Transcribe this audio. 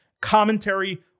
Commentary